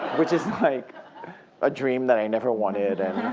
which is like a dream that i never wanted.